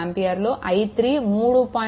5 ఆంపియర్లు i3 3